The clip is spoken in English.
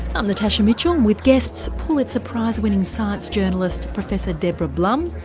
i'm natasha mitchell with guests pulitzer prize winning science journalist professor deborah blum,